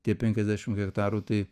tie penkiasdešim hektarų tai